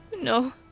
no